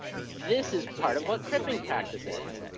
this is part of what cripping praxis is.